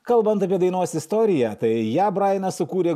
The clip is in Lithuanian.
kalbant apie dainos istoriją tai ją brajanas sukūrė